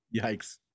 Yikes